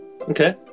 Okay